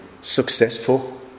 successful